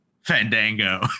fandango